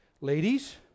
Ladies